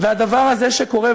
והדבר הזה שקורה,